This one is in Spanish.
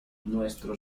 nuestro